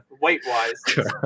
weight-wise